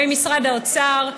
עם משרד האוצר,